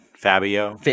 Fabio